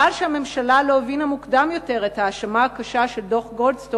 חבל שהממשלה לא הבינה מוקדם יותר את האשמה הקשה של דוח-גולדסטון